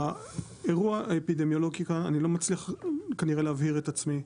האירוע האפידמיולוגי כאן אני לא מצליח כנראה להבהיר את עצמי,